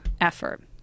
effort